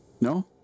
No